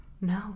No